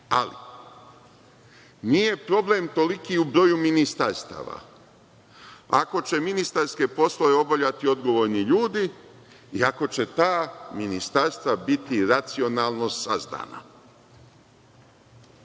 Ali, nije toliki problem u broju ministarstava, ako će ministarske poslove obavljati odgovorni ljudi i ako će ta ministarstva biti racionalno sazdana. Nemoguće